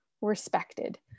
respected